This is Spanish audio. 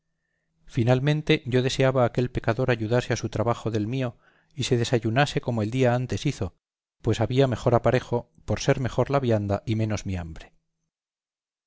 finalmente yo deseaba aquel pecador ayudase a su trabajo del mío y se desayunase como el día antes hizo pues había mejor aparejo por ser mejor la vianda y menos mi hambre